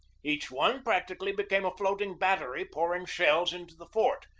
each one practically became a floating battery pour ing shells into the fort.